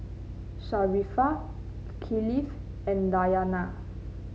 Sharifah Kifli and Dayana